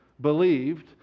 believed